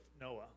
Noah